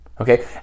okay